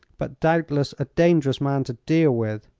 but doubtless a dangerous man to deal with.